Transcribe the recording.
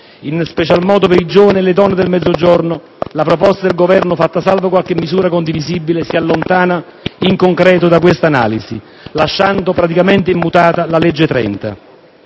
in special modo per i giovani e le donne del Mezzogiorno, la proposta del Governo, fatta salva qualche misura condivisibile, si allontana in concreto da questa analisi, lasciando praticamente immutata la legge n.